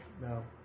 No